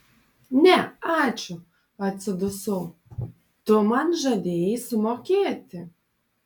ne ačiū atsidusau tu man žadėjai sumokėti